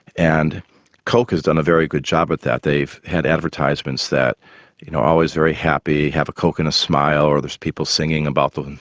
and coke has done a very good job with that, they've had advertisements that are you know always very happy, have a coke and a smile, or there's people singing about them,